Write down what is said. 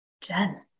Jen